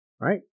right